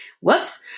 whoops